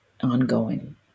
ongoing